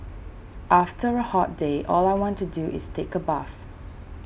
after a hot day all I want to do is take a bath